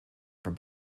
from